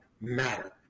matter